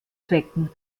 zwecken